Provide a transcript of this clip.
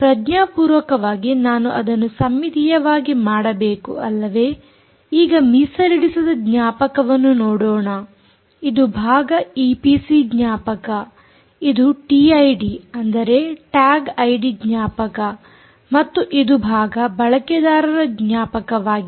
ಪ್ರಜ್ಞಾಪೂರ್ವಕವಾಗಿ ನಾನು ಅದನ್ನು ಸಮ್ಮಿತೀಯವಾಗಿ ಮಾಡಬೇಕು ಅಲ್ಲವೇ ಈಗ ಮೀಸಲಿಡಿಸಿದ ಜ್ಞಾಪಕವನ್ನು ನೋಡೋಣ ಇದು ಭಾಗ ಈಪಿಸಿ ಜ್ಞಾಪಕ ಇದು ಟಿಐಡಿ ಅಂದರೆ ಟ್ಯಾಗ್ ಐಡಿ ಜ್ಞಾಪಕ ಮತ್ತು ಇದು ಭಾಗ ಬಳಕೆದಾರರ ಜ್ಞಾಪಕವಾಗಿದೆ